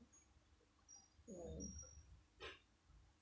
mm